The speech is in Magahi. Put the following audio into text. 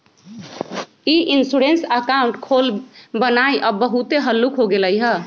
ई इंश्योरेंस अकाउंट खोलबनाइ अब बहुते हल्लुक हो गेलइ ह